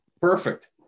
Perfect